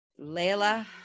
Layla